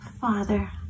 father